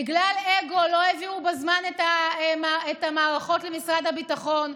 בגלל אגו לא העבירו בזמן את המערכות למשרד הביטחון,